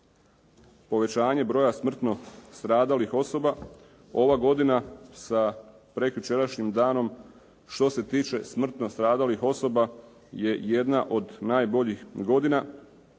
povećanje broja smrtno stradalih osoba, ova godina sa prekjučerašnjim danom što se tiče smrtno stradalih osoba je jedna od najboljih godina.